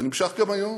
זה נמשך גם היום.